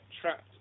trapped